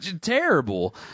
terrible